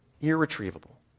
irretrievable